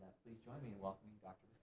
please join me in welcoming dr.